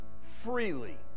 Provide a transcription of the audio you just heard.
freely